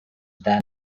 then